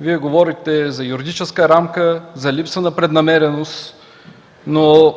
Вие говорите за юридическа рамка, за липса на преднамереност, но